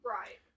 Right